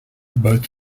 both